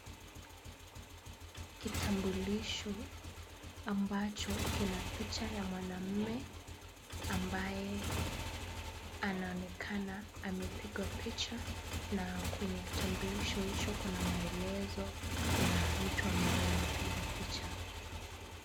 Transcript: Kitambulisho ambacho kina picha ya mwanamume, ambaye anaonekana amepigwa picha na kwenye kitambulisho hicho kuna maelezo ya mtu ambaye amepigwa picha.